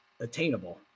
attainable